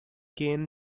gain